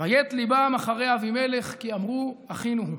ויֵּט לבם אחרי אבימלך כי אמרו אחינו הוא.